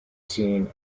scene